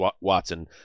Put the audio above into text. Watson